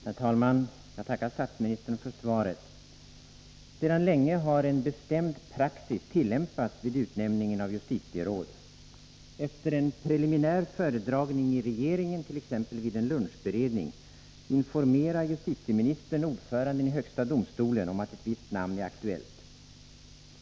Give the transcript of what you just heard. Herr talman! Jag tackar statsministern för svaret. Sedan länge har en bestämd praxis tillämpats vid utnämningen av justitieråd. Efter en preliminär föredragning i regeringen, t.ex. vid en lunchberedning, informerar justitieministern ordföranden i högsta domstolen om att ett visst namn är aktuellt.